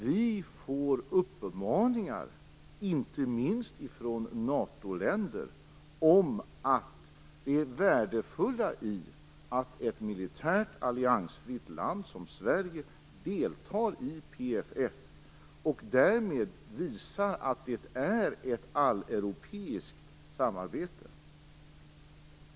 Vi får uppmaningar inte minst från NATO-länder om det värdefulla i att ett militärt alliansfritt land som Sverige deltar i PFF och därmed visar att det är ett alleuropeiskt samarbete.